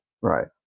Right